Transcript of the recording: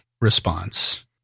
response